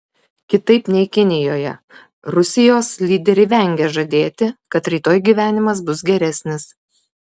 kitaip nei kinijoje rusijos lyderiai vengia žadėti kad rytoj gyvenimas bus geresnis